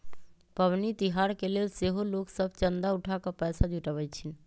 पबनि तिहार के लेल सेहो लोग सभ चंदा उठा कऽ पैसा जुटाबइ छिन्ह